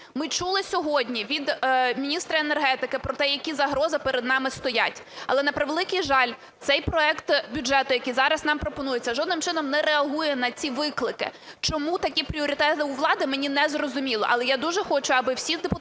Ми чули сьогодні від міністра енергетики про те, які загрози перед нами стоять. Але, на превеликий жаль, цей проект бюджету, який зараз нам пропонується, жодним чином не реагує на ці виклики. Чому такі пріоритети у влади, мені не зрозуміло, але я дуже хочу, аби всі депутати